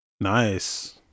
Nice